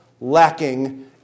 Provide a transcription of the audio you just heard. lacking